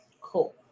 Cool